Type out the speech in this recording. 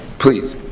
please.